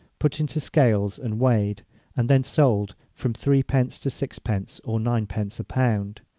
put into scales and weighed and then sold from three pence to six pence or nine pence a pound.